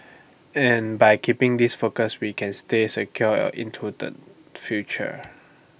and by keeping this focus we can stay secure into the future